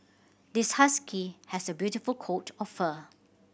this husky has a beautiful coat of fur